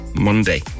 Monday